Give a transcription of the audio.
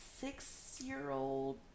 six-year-old